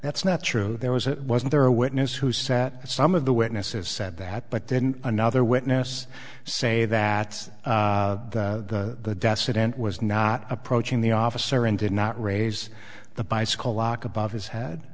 that's not true there was it wasn't there a witness who said some of the witnesses said that but then another witness say that the decedent was not approaching the officer and did not raise the bicycle lock above his head